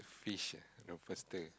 fish eh no